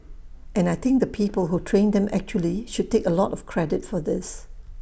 and I think the people who trained them actually should take A lot of credit for this